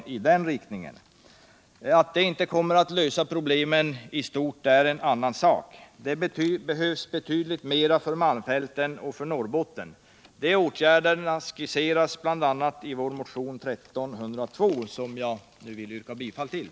Att detta inte kommer att lösa problemen i stort är en annan sak. Det behövs betydligt mer för malmfälten och för Norrbotten. De åtgärderna skisseras bl.a. i vår motion 1302, som jag yrkar bifall till.